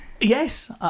Yes